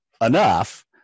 enough